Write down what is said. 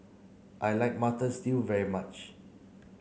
I like mutton stew very much